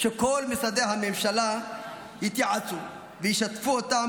שכל משרדי הממשלה יתייעצו וישתפו אותם